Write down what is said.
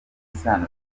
isano